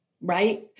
right